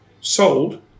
sold